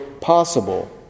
possible